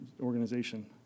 organization